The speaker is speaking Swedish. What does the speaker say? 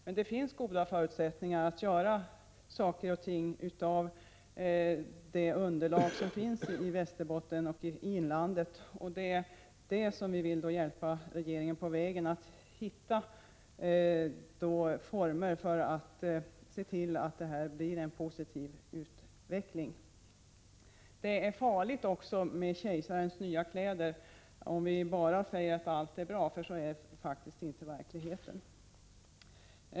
Men det finns goda förutsättningar att åstadkomma saker av det underlag som finns i Västerbotten och i dess inland. Vi vill hjälpa regeringen på vägen med att hitta former för att få en positiv utveckling. Det är också farligt att som i Kejsarens nya kläder bara säga att allting är bra, för så är det faktiskt inte i verkligheten.